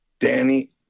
Danny